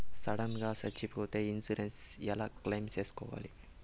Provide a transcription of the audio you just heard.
Sudden గా సచ్చిపోతే insurance ఎలా క్లెయిమ్ సేసుకోవాలి?